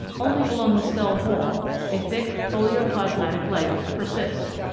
only along the cell wall a thick polioplasmatic layer persists.